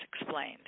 explained